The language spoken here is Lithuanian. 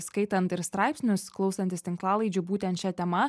skaitant ir straipsnius klausantis tinklalaidžių būtent šia tema